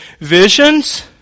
visions